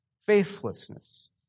Faithlessness